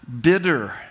bitter